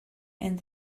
and